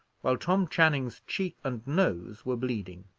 while tom channing's cheek and nose were bleeding.